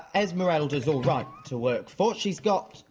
esmerelda's alright to work for. she's got,